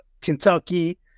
Kentucky